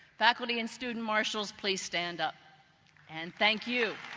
faculty and student marshals please stand up and thank you.